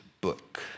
book